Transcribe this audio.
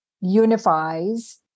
unifies